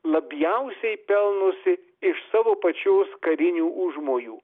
labiausiai pelnosi iš savo pačios karinių užmojų